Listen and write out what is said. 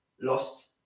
lost